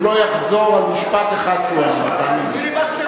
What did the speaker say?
הוא לא יחזור על משפט אחד שהוא אמר, תאמין לי.